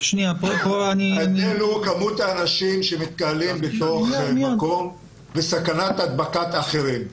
ההבדל הוא מספר האנשים שמתקהלים בתוך מקום וסכנת הדבקת אחרים.